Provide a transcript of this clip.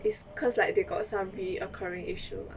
it's cause like they got some reoccurring issue lah